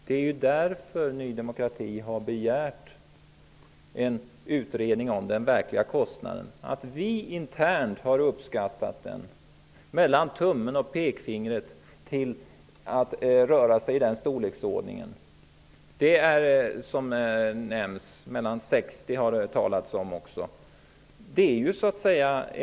Det är därför Ny demokrati har begärt en utredning om den verkliga kostnaden. Vi har internt, mellan tummen och pekfingret, gjort uppskattningar av hur stor den totala kostnaden kan vara -- det har talats om 60 miljarder.